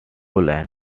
line